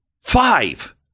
five